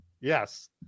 Yes